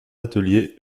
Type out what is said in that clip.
atelier